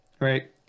right